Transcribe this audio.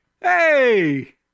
hey